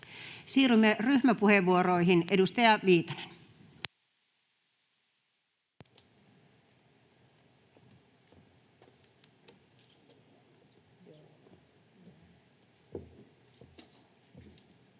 Siirrymme ryhmäpuheenvuoroihin. — Edustaja Viitanen. Arvoisa